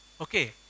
Okay